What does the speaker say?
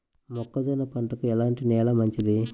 మొక్క జొన్న పంటకు ఎలాంటి నేల మంచిది?